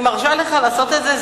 אני מרשה לך לעשות את זה.